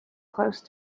close